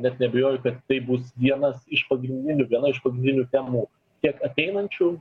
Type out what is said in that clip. net neabejoju kad tai bus vienas iš pagrindinių viena iš pagrindinių temų tiek ateinančių